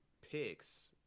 picks